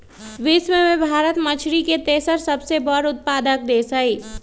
विश्व में भारत मछरी के तेसर सबसे बड़ उत्पादक देश हई